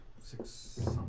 Six